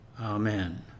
Amen